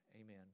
amen